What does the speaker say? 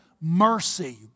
mercy